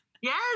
Yes